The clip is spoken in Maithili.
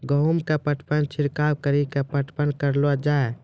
गेहूँ के पटवन छिड़काव कड़ी के पटवन करलो जाय?